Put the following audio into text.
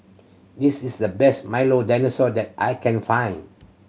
this is the best Milo Dinosaur that I can find